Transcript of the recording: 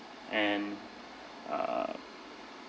and uh